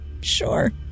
Sure